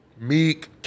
Meek